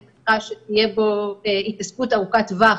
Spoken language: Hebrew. אני מקווה שתהיה בו התעסקות ארוכת טווח